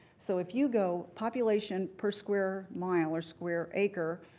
so if you go population per square mile or square acre,